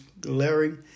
glaring